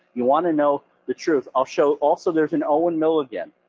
you want to know the truth, i'll show also there's an owen milligan,